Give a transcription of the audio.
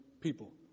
people